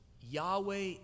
Yahweh